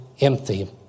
empty